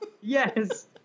Yes